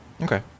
Okay